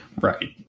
Right